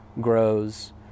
grows